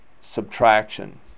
subtraction